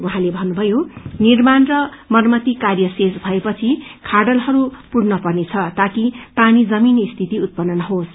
उहाँले भन्नुभयो निर्माण र मरम्मती कार्य शेष भएपछि खाइलहरू पूर्न पर्नेछ ताकि पानी जमिने स्थिति उत्पन्न नहोस्